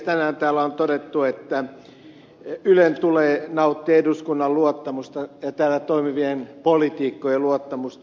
tänään täällä on todettu että ylen tulee nauttia eduskunnan luottamusta ja täällä toimivien poliitikkojen luottamusta